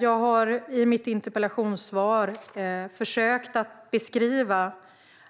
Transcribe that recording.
Jag har i mitt interpellationssvar försökt beskriva